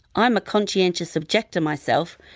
i'm a conscientious objector myself.